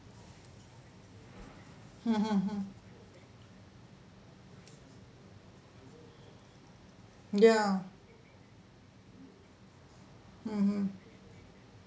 mm mm mm ya mm mm